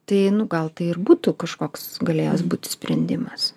tai nu gal tai ir būtų kažkoks galėjęs būti sprendimas